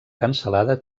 cansalada